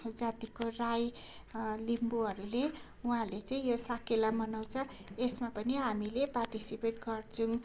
जातिको राई लिम्बुहरूले उहाँहरूले चाहिँ यो साकेला मनाउँछ यसमा पनि हामीले पार्टिसिपेट गर्छौँ